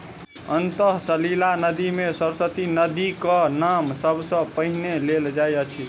अंतः सलिला नदी मे सरस्वती नदीक नाम सब सॅ पहिने लेल जाइत अछि